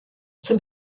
zum